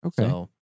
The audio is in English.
Okay